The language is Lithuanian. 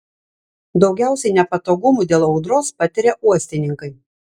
daugiausiai nepatogumų dėl audros patiria uostininkai